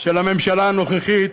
של הממשלה הנוכחית.